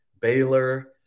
Baylor